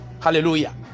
Hallelujah